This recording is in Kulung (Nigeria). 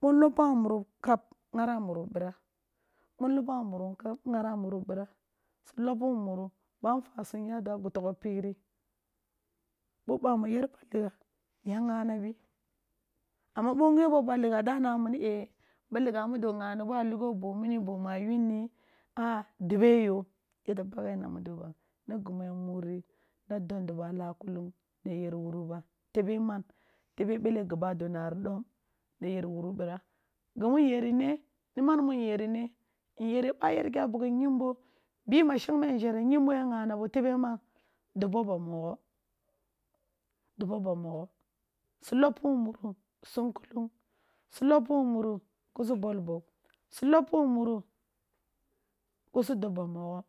bo noppa wun muri wun kab ghara muru bira-bo noppa wun muri wun kab ghara muru bira. Si loppi wun muru, banfa sum yado a go tagho piri, bo bami yer ba ligha ya ghana bi, amma bo ghebo ba ligha da na minie e b aba ligha muso ghani bo a ligjo bo mini, boni ya yunni a dobe yo, yete pakhe na mud oba, ni gumi ya muri na don dobbo a laa kuhung na ye wuru ba tebeman, tebe meli gibado nari dom nay er wuru bira. Gimu nyeri ne, niman ni nyeri ne, nyere bay er gi a bughi yimbo bi mashang me nzharu yimbo ya ghana bo, tebe man, dob oba mogho dob aba mogho si loppi nun muru sum kulung, su loppu wun muru ki si bol ɓugh, si loppu wun muru ki su dob ban mogho.